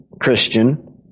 Christian